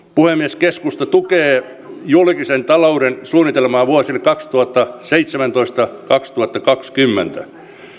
puhemies keskusta tukee julkisen talouden suunnitelmaa vuosille kaksituhattaseitsemäntoista viiva kaksituhattakaksikymmentä